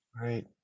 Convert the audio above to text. Right